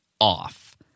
off